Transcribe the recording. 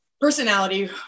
personality